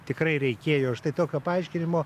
tikrai reikėjo štai tokio paaiškinimo